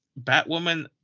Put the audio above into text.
Batwoman